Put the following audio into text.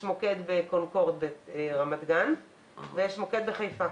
יש מוקד בקונקורד ברמת גן ויש מוקד בחיפה.